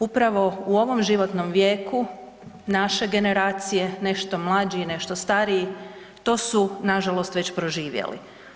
Upravo u ovom životnom vijeku naše generacije, nešto mlađi i nešto stariji to su nažalost već proživjeli.